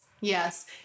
Yes